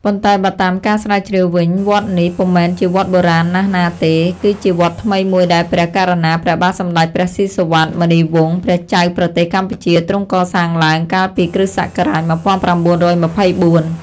ប៉ុន្តែបើតាមការស្រាវជ្រាវវិញ វត្តនេះ ពុំមែនជាវត្តបុរាណណាស់ណាទេ គឺជាវត្តថ្មីមួយដែលព្រះករុណា ព្រះបាទសម្ដេចព្រះស៊ីសុវត្ថិ មុនីវង្ស ព្រះចៅប្រទេសកម្ពុជាទ្រង់កសាងឡើង កាលពី គ.ស. ១៩២៤ ។